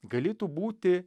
galėtų būti